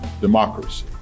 democracy